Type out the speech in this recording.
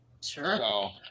Sure